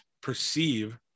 perceive